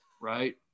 right